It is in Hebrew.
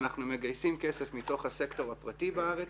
אנחנו מגייסים כסף מתוך הסקטור הפרטי בארץ,